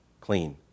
clean